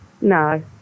No